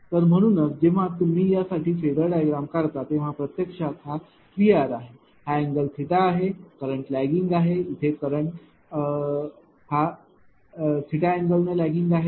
तर म्हणूनच जेव्हा तुम्ही या साठी फेजर डायग्राम काढता तेव्हा प्रत्यक्षात हा VRआहे हा अँगल आहे करंट लैगिंग आहे इथे करंट अँगल ने लैगिंग आहे